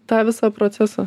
tą visą procesą